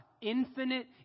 Infinite